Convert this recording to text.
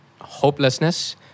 hopelessness